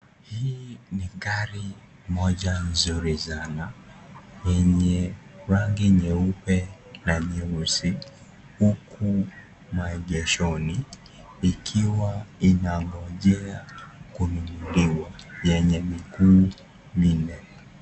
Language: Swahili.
Hii ni gari moja nzuri sana lenye rangi nyeupe na nyeusi huku maegeshoni ikiwa inangojewa kununuliwa yenye miguu minne.